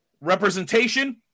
Representation